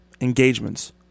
engagements